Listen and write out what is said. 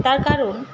তার কারণ